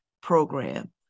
program